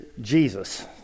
Jesus